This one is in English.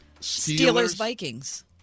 Steelers-Vikings